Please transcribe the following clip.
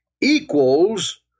equals